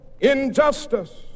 injustice